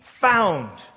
found